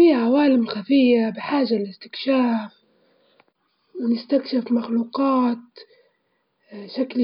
هواء طبيعي من الأشجار والخضرة، الفندق